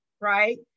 right